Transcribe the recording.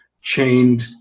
chained